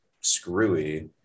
screwy